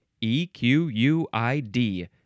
E-Q-U-I-D